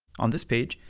on this page,